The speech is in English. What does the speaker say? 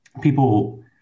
people